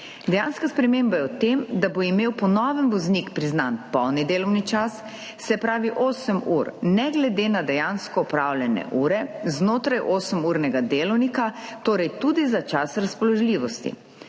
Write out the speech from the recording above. Dejanska sprememba je v tem, da bo imel po novem voznik priznan polni delovni čas, se pravi osem ur, ne glede na dejansko opravljene ure znotraj osemurnega delovnika, torej tudi za čas razpoložljivosti.